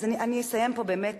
אז אני אסיים פה באמת.